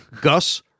Gus